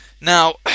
Now